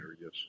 yes